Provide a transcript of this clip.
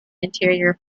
interior